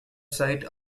site